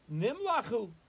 Nimlachu